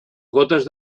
gotes